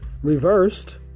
Reversed